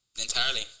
Entirely